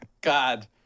God